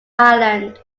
island